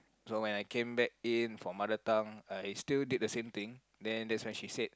so when I came back in from mother tongue I still did the same thing then that's when she said